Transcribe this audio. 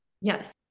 Yes